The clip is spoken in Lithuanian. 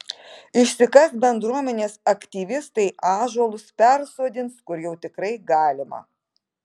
išsikas bendruomenės aktyvistai ąžuolus persodins kur jau tikrai galima